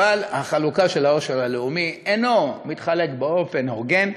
אבל העושר הלאומי אינו מתחלק באופן הוגן,